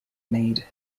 made